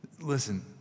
Listen